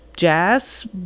Jazz